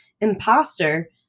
IMPOSTER